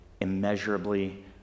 immeasurably